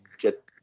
get